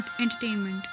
entertainment